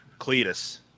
Cletus